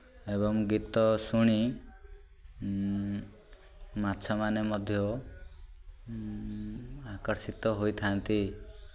ଏବଂ ଗୀତ ଶୁଣି ମାଛମାନେ ମଧ୍ୟ ଆକର୍ଷିତ ହୋଇଥାନ୍ତି